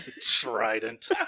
trident